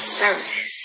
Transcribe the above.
service